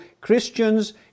Christians